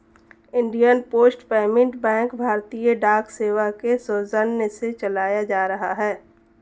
Indian post payment bank भारतीय डाक सेवा के सौजन्य से चलाया जा रहा है